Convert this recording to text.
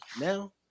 now